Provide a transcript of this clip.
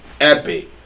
epic